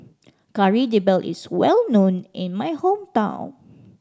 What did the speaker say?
Kari Debal is well known in my hometown